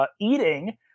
eating